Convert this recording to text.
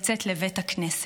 לצאת לבית הכנסת.